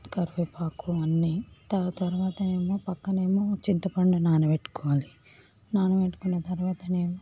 కరివేపాకు అన్ని దాని తర్వాతనేమో పక్కనేమో చింతపండు నానబెట్టుకోవాలి నానబెట్టుకున్న తర్వాతనేమో